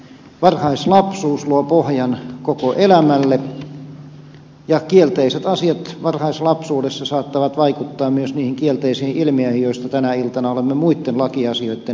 varhaislapsuus luo pohjan koko elämälle ja kielteiset asiat varhaislapsuudessa saattavat vaikuttaa myös niihin kielteisiin ilmiöihin joista tänä iltana olemme muitten lakiasioiden yhteydessä puhuneet